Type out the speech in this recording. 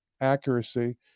accuracy